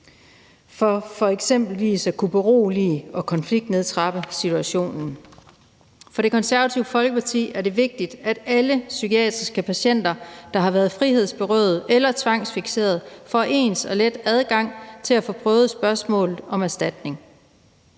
for eksempelvis at kunne berolige og konfliktnedtrappe situationen. For Det Konservative Folkeparti er det vigtigt, at alle psykiatriske patienter, der har været frihedsberøvet eller tvangsfikseret, får ens og let adgang til at få prøvet spørgsmålet om erstatning.